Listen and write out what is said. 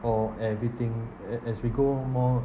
all everything a~ as we go more